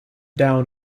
down